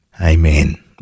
Amen